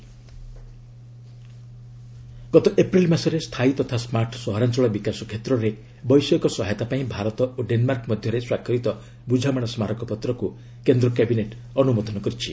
cabinet MOU ଗତ April ମାସରେ ସ୍ଥାୟୀ ତଥା ସ୍କାର୍ଟ ସହରାଞ୍ଚଳ ବିକାଶ କ୍ଷେତ୍ରରେ ବୈଷୟିକ ସହାୟତାପାଇଁ ଭାରତ ଓ ଡେନ୍ମାର୍କ ମଧ୍ୟରେ ସ୍ୱାକ୍ଷରିତ ବୁଝାମଣା ସ୍କାରକ ପତ୍ରକ୍ କେନ୍ଦ୍ର କ୍ୟାବିନେଟ୍ ଅନ୍ତମୋଦନ କରିଛି